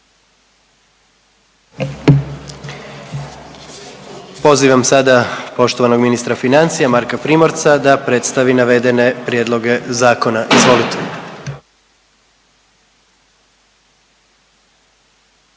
Pozivam sada poštovanog ministra financija Marka Primorca da predstavi navedene prijedloge zakona, izvolite.